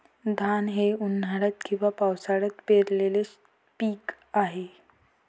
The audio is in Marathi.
धान हे उन्हाळ्यात किंवा पावसाळ्यात पेरलेले पीक आहे